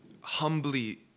humbly